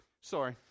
sorry